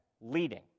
leading